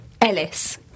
Ellis